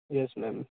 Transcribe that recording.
yes ma'am